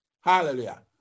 Hallelujah